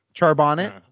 Charbonnet